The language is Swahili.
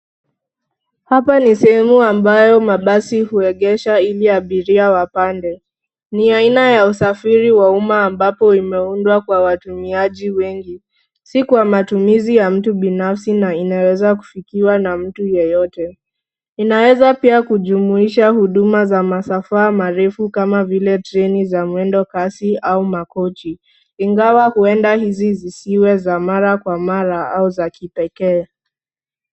Hapa ni sehemu ambayo mabasi huegesha ili abiria wapande. Ni aina ya usafiri wa umma ambao umeundwa kwa watumiaji wengi. Si kwa matumizi ya mtu binafsi na inaweza kufikiwa na mtu yeyote. Inaweza pia kujumuisha huduma za masafa marefu kama vile treni za mwendo kasi au makochi ingawa huenda hizi zisiwe za mara kwa mara au za kipekee.